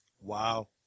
Wow